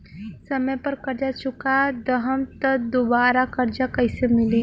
समय पर कर्जा चुका दहम त दुबाराकर्जा कइसे मिली?